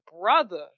Brother